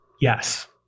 Yes